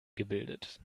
gebildet